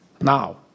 now